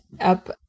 up